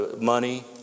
money